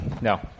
No